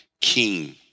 king